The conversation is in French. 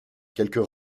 quelques